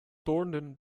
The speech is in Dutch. toornden